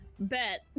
bet